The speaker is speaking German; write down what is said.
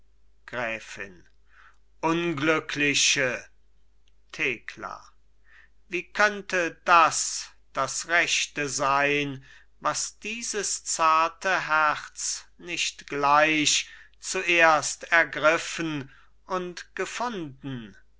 gräfin unglückliche thekla wie könnte das das rechte sein was dieses zarte herz nicht gleich zuerst ergriffen und gefunden